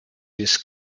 this